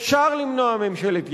אפשר למנוע ממשלת ימין,